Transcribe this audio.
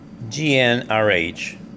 GNRH